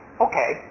okay